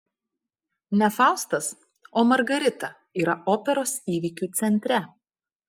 ne faustas o margarita yra operos įvykių centre